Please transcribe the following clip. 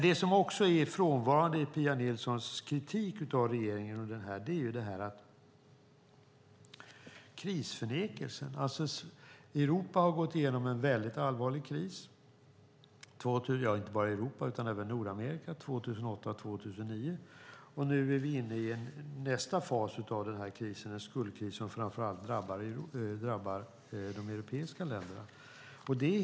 Det som också är frånvarande i Pia Nilssons kritik av regeringen är krismedvetenheten. Europa har gått igenom en väldigt allvarlig kris - ja, det är inte bara Europa utan även Nordamerika - under 2008 och 2009. Nu är vi inne i nästa fas av krisen, nämligen en skuldkris som framför allt drabbar de europeiska länderna.